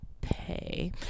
pay